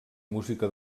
música